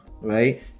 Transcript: right